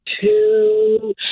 two